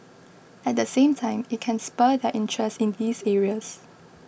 at the same time it can spur their interest in these areas